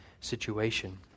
situation